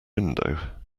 window